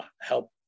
help